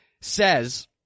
says